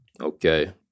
Okay